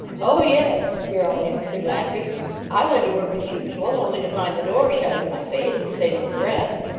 oh, yes, darrell answered, laughing i went to work as usual, only to find the door shut in my face, the same as the rest.